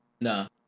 No